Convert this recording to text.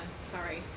sorry